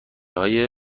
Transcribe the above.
های